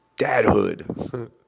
dadhood